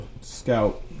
scout